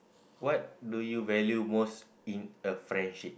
what do you value most in a friendship